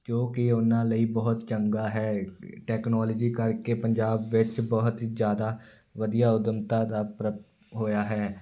ਜੋ ਕਿ ਉਹਨਾਂ ਲਈ ਬਹੁਤ ਚੰਗਾ ਹੈ ਟੈਕਨੋਲੋਜੀ ਕਰਕੇ ਪੰਜਾਬ ਵਿੱਚ ਬਹੁਤ ਹੀ ਜ਼ਿਆਦਾ ਵਧੀਆ ਉੱਦਮਤਾ ਦਾ ਪ੍ਰ ਹੋਇਆ ਹੈ